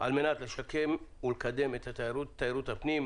על-מנת לשקם ולקדם את תיירות הפנים,